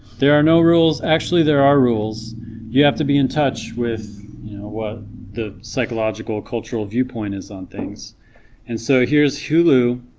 there are no rules actually, there are rules you have to be in touch with what the psychological cultural viewpoint is on things and so here's hulu